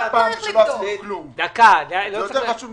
לא אמרתי לקבל החלטה.